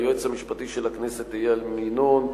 ליועץ המשפטי של הכנסת איל ינון,